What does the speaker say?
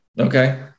Okay